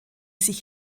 sich